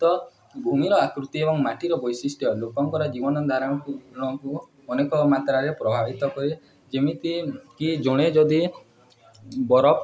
ତ ଭୂମିର ଆକୃତି ଏବଂ ମାଟିର ବୈଶିଷ୍ଟ୍ୟ ଲୋକଙ୍କର ଜୀବନ ଧାରାଙ୍କୁ ଅନେକ ମାତ୍ରାରେ ପ୍ରଭାବିତ କରେ ଯେମିତିକି ଜଣେ ଯଦି ବରଫ